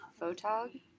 Photog